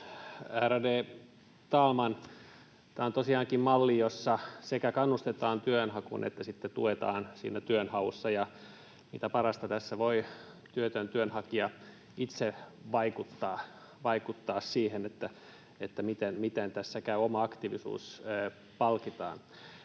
talman! Tämä on tosiaankin malli, jossa sekä kannustetaan työnhakuun että sitten tuetaan siinä työnhaussa. Ja mikä parasta, tässä voi työtön työnhakija itse vaikuttaa siihen, miten tässä käy. Oma aktiivisuus palkitaan.